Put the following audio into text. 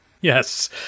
Yes